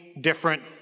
different